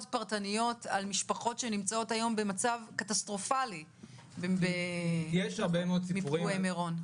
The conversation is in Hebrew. שנמצאות במצב קטסטרופלי מפגועי מירון.